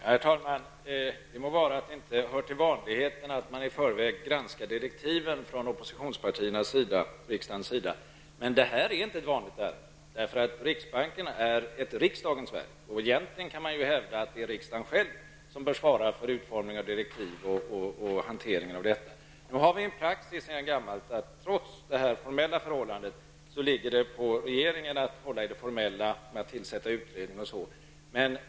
Herr talman! Det må vara att det inte hör till vanligheterna att oppositionspartierna och riksdagen i förväg granskar direktiven. Men det här är inte ett vanligt ärende. Riksbanken är ett riksdagens verk. Egentligen kan man hävda att det är riksdagen som skall svara för utformningen av direktiv och hanteringen av dem. Nu finns det en praxis sedan gammalt att det trots det formella förhållandet åligger regeringen att tillsätta utredningar osv.